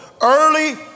Early